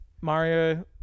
Mario